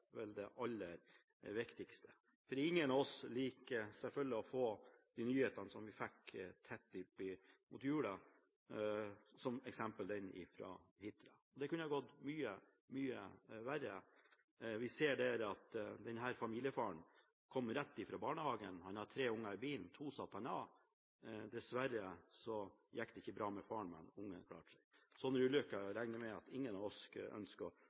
vel det aller viktigste. Ingen av oss liker selvfølgelig å få de nyhetene som vi fikk rett før jul, f.eks. den fra Hitra. Det kunne gått mye verre: Familiefaren kom rett fra barnehagen. Han hadde tre barn i bilen, men to av dem satte han av. Dessverre gikk det ikke bra med faren, men barnet klarte seg. Slike ulykker regner jeg med at ingen av oss ønsker